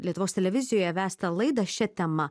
lietuvos televizijoje vestą laidą šia tema